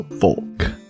folk